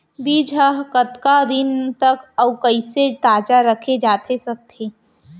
बीज ह कतका दिन तक अऊ कइसे ताजा रखे जाथे सकत हे?